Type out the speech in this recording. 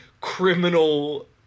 criminal